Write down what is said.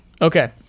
Okay